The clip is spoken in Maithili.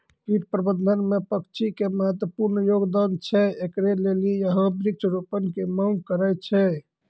कीट प्रबंधन मे पक्षी के महत्वपूर्ण योगदान छैय, इकरे लेली यहाँ वृक्ष रोपण के मांग करेय छैय?